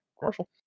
Commercial